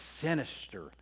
sinister